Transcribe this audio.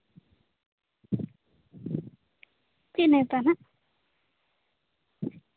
ᱪᱮᱫ ᱱᱮᱶᱛᱟ ᱱᱟᱜ